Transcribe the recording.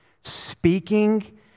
speaking